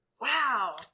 Wow